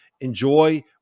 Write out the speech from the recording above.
Enjoy